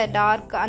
dark